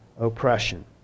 oppression